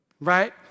Right